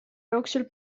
jooksul